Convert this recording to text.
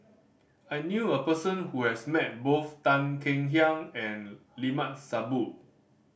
I knew a person who has met both Tan Kek Hiang and Limat Sabtu